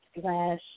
slash